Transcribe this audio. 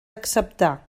acceptar